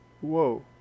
Whoa